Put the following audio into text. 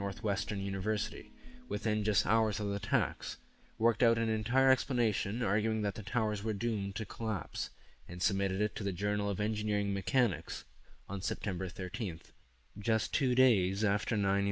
northwestern university within just hours of the time worked out an entire explanation arguing that the towers were doomed to collapse and submit it to the journal of engineering mechanics on september thirteenth just two days after nine